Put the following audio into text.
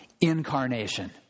incarnation